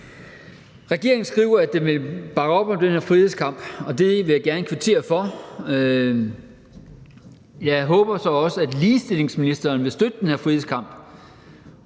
Regeringen skriver, at den vil bakke op om den her frihedskamp, og det vil jeg gerne kvittere for. Jeg håber så også, at ligestillingsministeren vil støtte den frihedskamp,